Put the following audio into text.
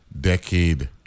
decade